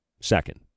second